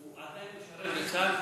אם הוא עדיין משרת בצה"ל